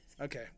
Okay